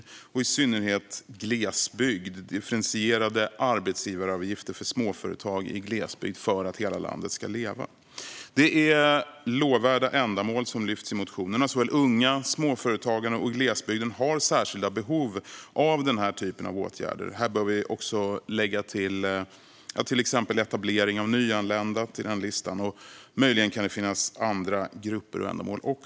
Det handlar i synnerhet om glesbygd, om differentierade arbetsgivaravgifter för småföretag i glesbygd för att hela landet ska leva. Det är lovvärda ändamål som lyfts fram i motionerna. Såväl unga och småföretagare som glesbygden har särskilda behov av den här typen av åtgärder. Vi bör lägga till exempelvis etablering för nyanlända på den listan. Möjligen finns det också andra grupper och ändamål.